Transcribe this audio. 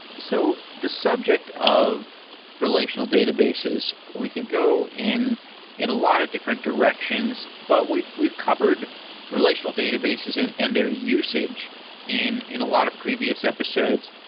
so the subject of relational databases, we can go in in a lot of different directions, but we've we've covered relational databases and their usage in in a lot of previous episodes.